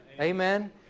Amen